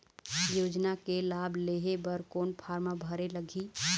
योजना के लाभ लेहे बर कोन फार्म भरे लगही?